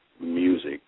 music